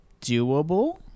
doable